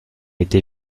été